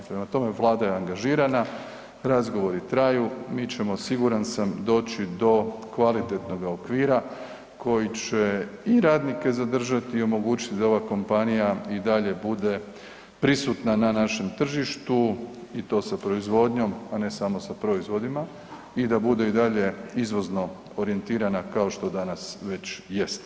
Prema tome, Vlada je angažirana, razgovori traju, mi ćemo siguran sam doći do kvalitetnog okvira koji će i radnike zadržati i omogućiti da ova kompanija i dalje bude prisutna na našem tržištu i to sa proizvodnjom, a ne samo sa proizvodima i da bude i dalje izvozno orijentirana kao što danas već jest.